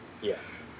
Yes